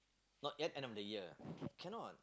not yet end of the year cannot